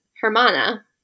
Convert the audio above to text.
Hermana